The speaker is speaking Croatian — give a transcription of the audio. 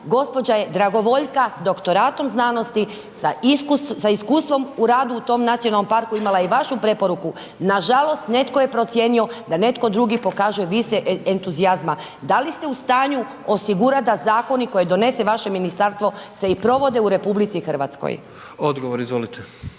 gospođa je dragovoljka, doktoratom znanosti, sa iskustvom ur adu u tom nacionalnom parku, imala je i vašu preporuku, nažalost, netko je procijenio, da netko drugi pokaže više entuzijazma. Da li ste u stanju osigurati da zakoni koje donese vaše ministarstvo se provode i RH? **Jandroković, Gordan (HDZ)** Odgovor, izvolite.